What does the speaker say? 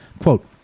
quote